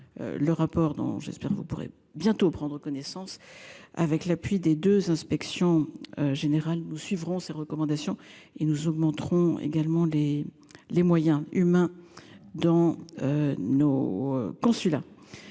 Le rapport dont j'espère vous pourrez bientôt prendre connaissance avec l'appui des 2 inspection générale. Nous suivrons ces recommandations et nous augmenterons également les les moyens humains dans. Nos consulats.